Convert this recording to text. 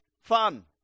fun